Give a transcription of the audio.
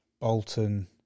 Bolton